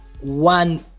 one